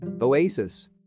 Oasis